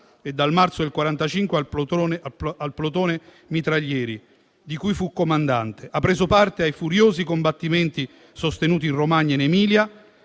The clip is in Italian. e, dal marzo 1945, al plotone mitraglieri, di cui fu comandante. Ha preso parte ai furiosi combattimenti sostenuti in Romagna ed in Emilia